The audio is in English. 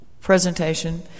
presentation